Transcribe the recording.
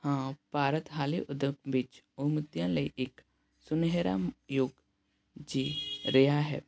ਹਾਂ ਭਾਰਤ ਹਾਲੇ ਉੱਦਮ ਵਿੱਚ ਉਣਤੀਆਂ ਲਈ ਇੱਕ ਸੁਨਹਿਰਾ ਯੁੱਗ ਜੀਅ ਰਿਹਾ ਹੈ